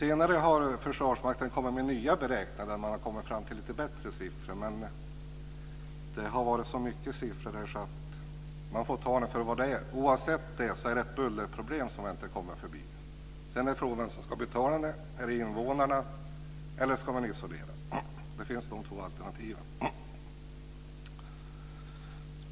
Senare har Försvarsmakten kommit med nya beräkningar, där man har kommit fram till lite bättre siffror. Men det har varit så mycket siffror att man får ta dem för vad de är. Oavsett det är det ett bullerproblem som vi inte kommer förbi. Sedan är frågan vem som ska betala. Det finns de två alternativen.